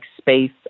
space